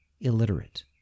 illiterate